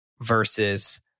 versus